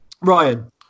Ryan